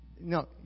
No